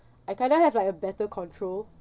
I kind of have like a better control